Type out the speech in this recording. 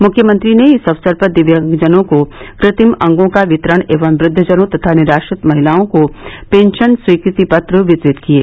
मुख्यमंत्री ने इस अवसर पर दिव्यांगजनों को कृत्रिम अंगों का वितरण एवं वृद्वजनों तथा निराश्रित महिलाओं को पेंशन स्वीकृति पत्र वितरित किये